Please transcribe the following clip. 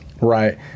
Right